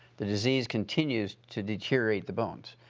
the disease continues to deteriorate the bones,